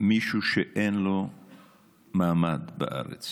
מישהו שאין לו מעמד בארץ